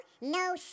no